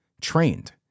trained